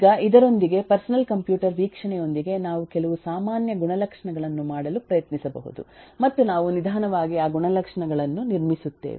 ಈಗ ಇದರೊಂದಿಗೆ personal computer ವೀಕ್ಷಣೆಯೊಂದಿಗೆ ನಾವು ಕೆಲವು ಸಾಮಾನ್ಯ ಗುಣಲಕ್ಷಣಗಳನ್ನು ಮಾಡಲು ಪ್ರಯತ್ನಿಸಬಹುದು ಮತ್ತು ನಾವು ನಿಧಾನವಾಗಿ ಆ ಗುಣಲಕ್ಷಣಗಳನ್ನು ನಿರ್ಮಿಸುತ್ತೇವೆ